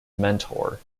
mentor